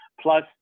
plus